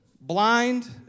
blind